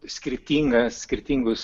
skirtingą skirtingus